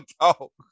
talk